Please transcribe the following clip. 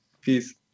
peace